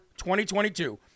2022